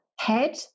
head